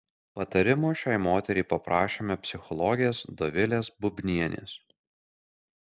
patarimo šiai moteriai paprašėme psichologės dovilė bubnienės